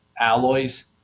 alloys